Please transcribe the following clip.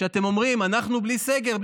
אתם אומרים "אנחנו בלי סגר",